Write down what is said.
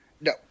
No